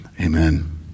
Amen